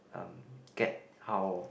um get how